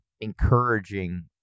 encouraging